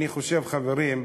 אני חושב, חברים,